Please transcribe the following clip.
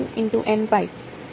વિદ્યાર્થી